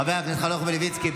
חבר הכנסת חנוך מלביצקי,